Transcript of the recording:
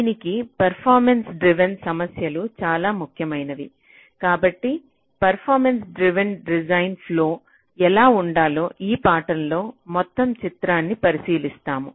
దీనికి performance driven సమస్యలు చాలా ముఖ్యమైనవి కాబట్టి పర్ఫామెన్స్ డ్రివెన్ డిజైన్స్ ఫ్లొ ఎలా ఉండాలో ఈ పాఠంలో మొత్తం చిత్రాన్ని పరిశీలిస్తాము